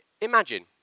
Imagine